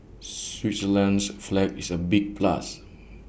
Switzerland's flag is A big plus